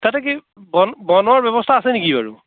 তাতে কি বন বনোৱাৰ ব্যৱস্থা আছে নেকি বাৰু